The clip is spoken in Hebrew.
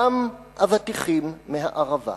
גם אבטיחים מהערבה.